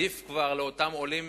עדיף לאותם עולים,